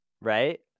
Right